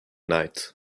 night